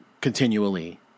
continually